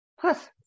Plus